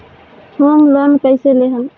Home loan कैसे लेहम?